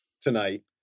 tonight